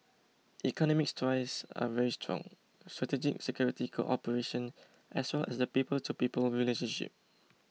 economic ties are very strong strategic security cooperation as well as the people to people relationship